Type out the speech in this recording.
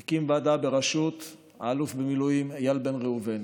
משרד הביטחון הקים ועדה בראשות האלוף במילואים איל בן ראובן,